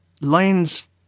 Lions